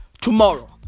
tomorrow